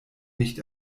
nicht